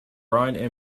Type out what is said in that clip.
brian